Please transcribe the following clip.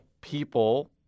people